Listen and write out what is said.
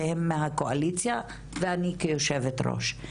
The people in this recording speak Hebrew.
שהן מהקואליציה ואני כיושבת ראש.